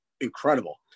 incredible